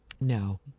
no